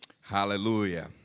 Hallelujah